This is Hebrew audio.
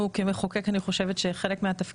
את הדיון הזה ביקשתי לאחר שלפני יותר מארבעה